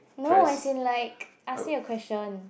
no as in like asking a question